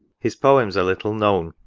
his poems are little known,